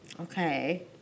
Okay